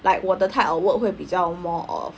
like 我的 type of work 会比较 more of